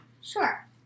sure